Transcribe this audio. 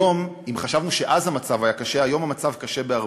אם חשבנו אז שהמצב קשה, היום המצב קשה בהרבה,